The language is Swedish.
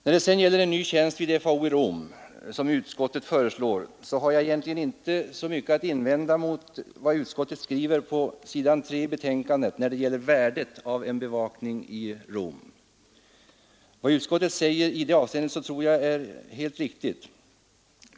När det gäller den nya tjänst vid FAO i Rom som utskottet föreslår har jag egentligen inte mycket att invända mot vad utskottet skriver på s. 3 i betänkandet rörande värdet av en bevakning i Rom. Det tror jag är helt riktigt.